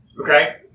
Okay